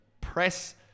press